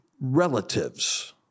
relatives